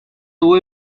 tuvo